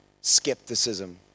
skepticism